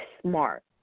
smart